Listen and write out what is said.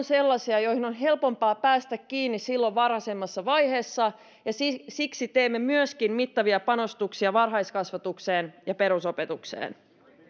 sellaisia joihin on helpompaa päästä kiinni silloin varhaisemmassa vaiheessa ja siksi teemme myöskin mittavia panostuksia varhaiskasvatukseen ja perusopetukseen